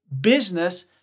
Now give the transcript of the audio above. business